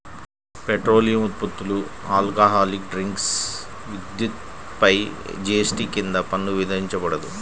petroleum ఉత్పత్తులు, alcoholic drinks, విద్యుత్పై GST కింద పన్ను విధించబడదు